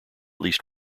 least